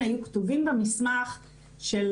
היו כתובים במסמך של